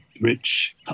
rich